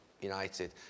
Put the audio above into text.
United